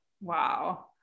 wow